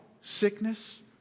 sickness